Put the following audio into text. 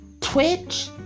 ...Twitch